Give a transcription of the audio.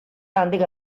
handik